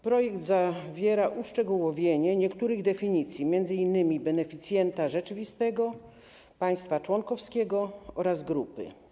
Projekt zawiera uszczegółowienie niektórych definicji, m.in. beneficjenta rzeczywistego, państwa członkowskiego oraz grupy.